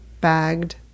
bagged